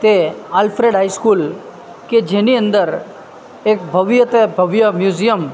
તે Alfred high school કે જેની અંદર એક ભવ્ય તે ભવ્ય મ્યુઝીયમ